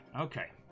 Okay